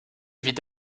vite